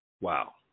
Wow